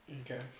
Okay